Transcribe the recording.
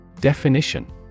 Definition